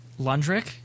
Lundrick